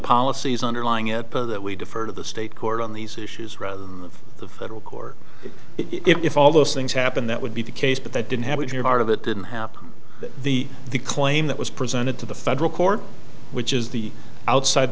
policies underlying it that we defer to the state court on these issues rather than the federal court if all those things happen that would be the case but that didn't have your part of it didn't happen that the the claim that was presented to the federal court which is the outside